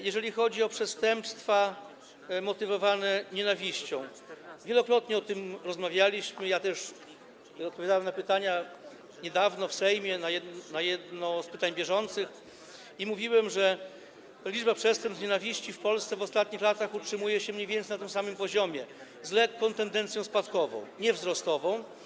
Jeżeli chodzi o przestępstwa motywowane nienawiścią, to wielokrotnie o tym rozmawialiśmy, ja też odpowiadałem niedawno na pytania w Sejmie, na jedno z pytań bieżących, i mówiłem, że liczba przestępstw z nienawiści w Polsce w ostatnich latach utrzymuje się mniej więcej na tym samym poziomie, z lekką tendencją spadkową, a nie wzrostową.